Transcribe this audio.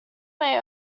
may